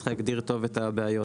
צריך להגדיר טוב את הבעיות.